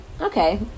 okay